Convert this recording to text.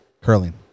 curling